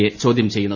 A ചോദ്യം ചെയ്യുന്നത്